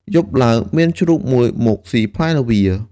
យប់ឡើង មានជ្រូកមួយមកស៊ីផ្លែល្វា។